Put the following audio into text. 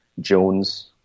Jones